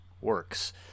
works